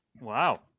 Wow